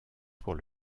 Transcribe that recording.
pour